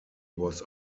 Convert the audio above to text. was